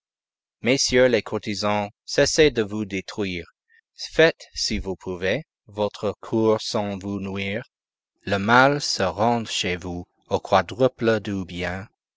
messieurs les courtisans cessez de vous détruire faites si vous pouvez votre cour sans vous nuire le mal se rend chez vous au quadruple du bien